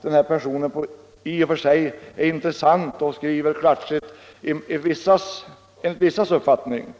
den här personen i och för sig är intressant och skriver 227 klatschigt enligt vissas mening.